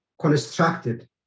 constructed